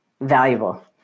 valuable